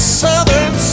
southern